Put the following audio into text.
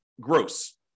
gross